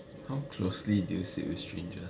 how closely do you sit with strangers